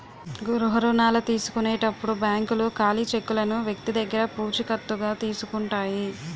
గృహ రుణాల తీసుకునేటప్పుడు బ్యాంకులు ఖాళీ చెక్కులను వ్యక్తి దగ్గర పూచికత్తుగా తీసుకుంటాయి